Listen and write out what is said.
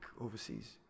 overseas